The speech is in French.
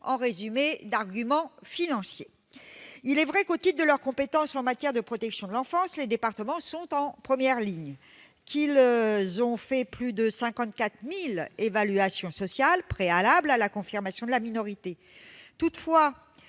En résumé, l'argument est donc financier ... Il est vrai que, au titre de leurs compétences en matière de protection de l'enfance, les départements sont en première ligne : ils ont en effet réalisé plus de 54 000 évaluations sociales préalables à la confirmation de la minorité. Toutefois,